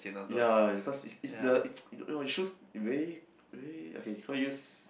ya it's cause it's it's it's the you know the shoes very very okay how to use